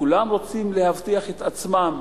כולם רוצים להבטיח את עצמם,